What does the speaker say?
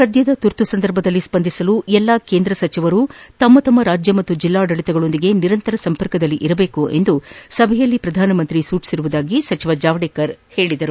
ಸದ್ಧದ ತುರ್ತು ಸಂದರ್ಭದಲ್ಲಿ ಸ್ಪಂದಿಸಲು ಎಲ್ಲ ಕೇಂದ್ರ ಸಚಿವರು ತಮ್ಮ ರಾಜ್ಯ ಮತ್ತು ಜಲ್ಲಾಡಳತಗಳೊಂದಿಗೆ ನಿರಂತರ ಸಂಪರ್ಕದಲ್ಲಿರದೇಕು ಎಂದು ಸಭೆಯಲ್ಲಿ ಪ್ರಧಾನಿ ಮೋದಿ ಸೂಚಿಸಿರುವುದಾಗಿ ಸಚಿವ ಜಾವಡೇಕರ್ ತಿಳಿಸಿದರು